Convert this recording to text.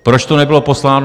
Proč to nebylo posláno?